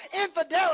Infidelity